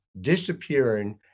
disappearing